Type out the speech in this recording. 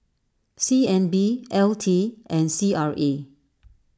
C N B L T and C R A